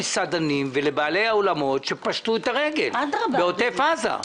למסעדנים ולבעלי האולמות שפשטו את הרגל בעוטף עזה.